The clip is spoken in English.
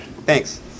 thanks